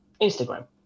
instagram